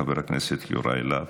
חבר הכנסת יוראי להב,